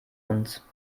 uns